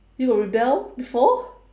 you got rebel before